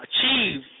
achieve